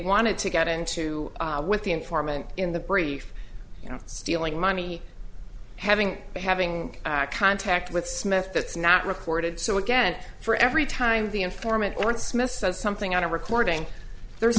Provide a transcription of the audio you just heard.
wanted to get into with the informant in the brief you know stealing money having having contact with smith that's not recorded so again for every time the informant or dismiss something on a recording there's